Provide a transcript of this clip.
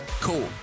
Cool